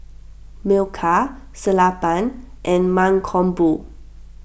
Milkha Sellapan and Mankombu